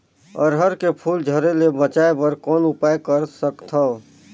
अरहर के फूल झरे ले बचाय बर कौन उपाय कर सकथव?